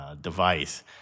device